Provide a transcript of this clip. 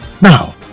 Now